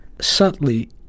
subtly